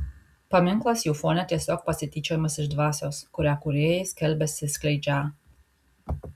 paminklas jų fone tiesiog pasityčiojimas iš dvasios kurią kūrėjai skelbiasi skleidžią